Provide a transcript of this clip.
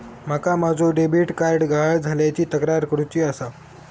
माका माझो debit card गहाळ झाल्याची तक्रार करुची आसा